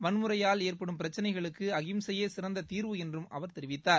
வன்முறையால் ஏற்படும் பிரச்சினைகளுக்கு அஹிம்சையே சிறந்த தீர்வு என்று அவர் தெரிவித்தார்